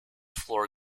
floor